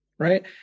Right